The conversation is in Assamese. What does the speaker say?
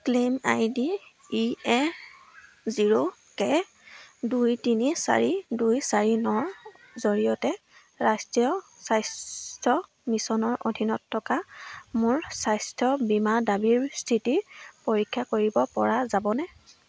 claim I D E A zero K দুই তিনি চাৰি দুই চাৰি নৰ জৰিয়তে ৰাষ্ট্ৰীয় স্বাস্থ্য মিছনৰ অধীনত থকা মোৰ স্বাস্থ্য বীমা দাবীৰ স্থিতি পৰীক্ষা কৰিব পৰা যাবনে